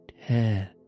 hair